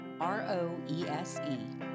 R-O-E-S-E